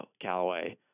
Callaway